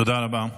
תודה רבה.